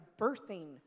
birthing